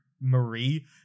marie